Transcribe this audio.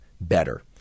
better